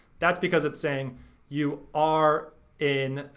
that's because it's saying you are in,